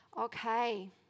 Okay